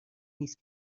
نیست